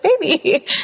baby